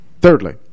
thirdly